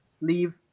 leave